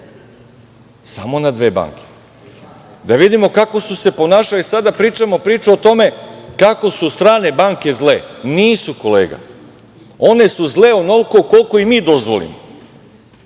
samo na dve banke. Da vidimo kako su se ponašale, sada pričamo priču o tome kako su strane banke zle. Nisu, kolega. One su zle onoliko koliko im mi dozvolimo,